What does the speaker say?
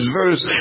verse